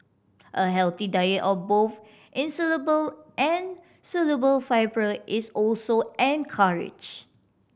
a healthy diet of both insoluble and soluble fibre is also encouraged